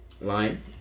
line